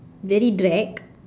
very drag